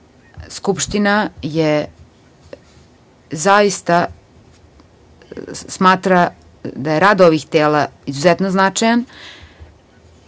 Skupština zaista smatra da je rad ovih tela izuzetno značajan,